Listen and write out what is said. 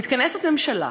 מתכנסת ממשלה,